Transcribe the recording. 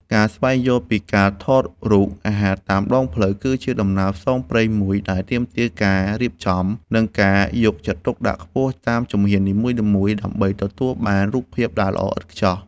ការស្វែងយល់ពីការថតរូបអាហារតាមដងផ្លូវ គឺជាដំណើរផ្សងព្រេងមួយដែលទាមទារការរៀបចំ និងការយកចិត្តទុកដាក់ខ្ពស់តាមជំហាននីមួយៗ ដើម្បីទទួលបានរូបភាពដែលល្អឥតខ្ចោះ។